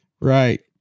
Right